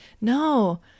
no